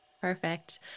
Perfect